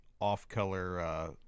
Off-color